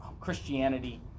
Christianity